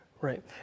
Right